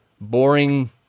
boring